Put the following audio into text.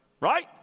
right